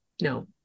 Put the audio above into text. no